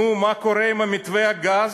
נו, מה קורה עם מתווה הגז?